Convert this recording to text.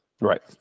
Right